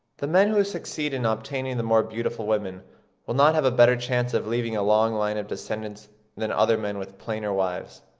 the men who succeed in obtaining the more beautiful women will not have a better chance of leaving a long line of descendants than other men with plainer wives,